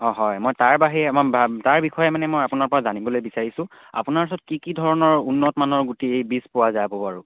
অঁ হয় মই তাৰ বাহিৰে মই তাৰ বিষয়ে মানে মই আপোনাৰ পৰা জানিবলৈ বিচাৰিছোঁ আপোনাৰ ওচৰত কি কি ধৰণৰ উন্নতমানৰ গুটি বীজ পোৱা যাব বাৰু